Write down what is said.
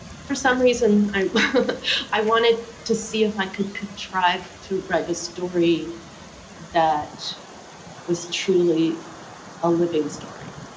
for some reason i i wanted to see if i could contrive to write a story that was truly a living story,